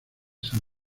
san